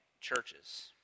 churches